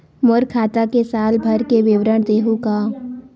मोर खाता के साल भर के विवरण देहू का?